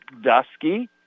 dusky